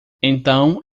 então